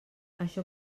això